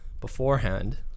beforehand